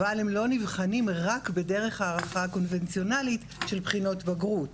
אבל הם לא נבחנים רק בדרך הערכה קונבנציונלית של בחינות בגרות,